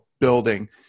building